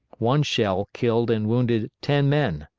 one shell killed and wounded ten men.